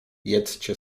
jedzcie